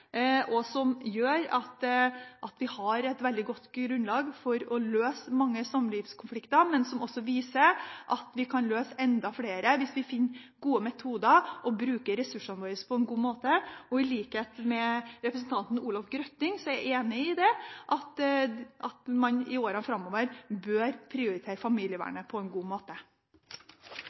Vi har et veldig godt grunnlag for å løse mange samlivskonflikter, men de viser også at vi kan løse enda flere hvis vi finner gode metoder og bruker ressursene våre på en god måte. Jeg er enig med representanten Olov Grøtting i at man i årene framover bør prioritere familievernet på en god måte.